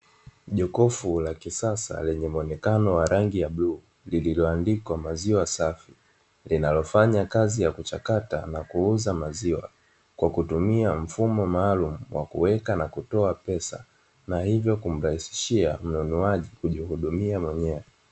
Jokofu la kisasa lenye muonekano wa rangi ya bluu, lililoandikwa maziwa safi. Linalofanya kazi ya kuchakata na kuuza maziwa kwa kutumia mfumo maalum wa kuweka na kutoa pesa, na hivyo kumrahisishia mnunuaji kujihudumia mwenyewe.